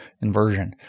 inversion